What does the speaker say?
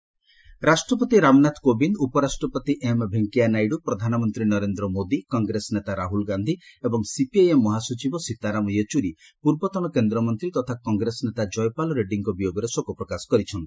Reddy condolence ରାଷ୍ଟ୍ରପତି ରାମନାଥ କୋବିନ୍ଦ୍ ଉପରାଷ୍ଟ୍ରପତି M Venkaiah Naidu ପ୍ରଧାନମନ୍ତ୍ରୀ ନରେନ୍ଦ୍ର ମୋଦି କଂଗ୍ରେସ ନେତା ରାହୁଲ୍ ଗାନ୍ଧି ଏବଂ ସିପିଆଇଏମ୍ ମହାସଚିବ ସୀତାରାମ ୟେଚୁରୀ ପୂର୍ବତନ କେନ୍ଦ୍ରମନ୍ତ୍ରୀ ତଥା କଂଗ୍ରେସ ନେତା ଜୟପାଲ୍ ରେଡ୍ଜୀଙ୍କ ବିୟୋଗରେ ଶୋକ ପ୍ରକାଶ କରିଛନ୍ତି